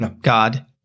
God